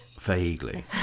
Vaguely